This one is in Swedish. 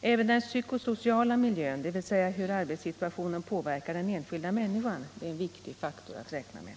Även den psykosociala miljön, dvs. hur arbetssituationen påverkar den enskilda människan, är en viktig faktor att räkna med.